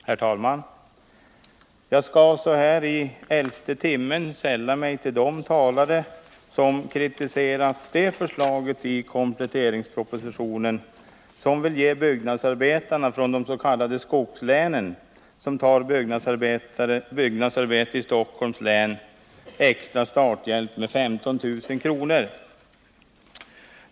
Herr talman! Jag skall så här i elfte timmen sälla mig till de talare som har kritiserat det förslag i kompletteringspropositionen som vill ge byggnadsarbetare från de s.k. skogslänen som tar byggnadsarbete i Stockholms län en extra starthjälp med 15 000 kr.